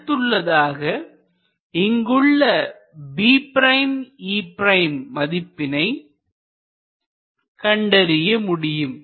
அடுத்ததாக இங்குள்ள B' E' மதிப்பினை கண்டறிய முயலலாம்